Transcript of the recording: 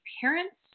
parents